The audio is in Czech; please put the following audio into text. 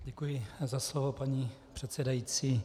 Děkuji za slovo, paní předsedající.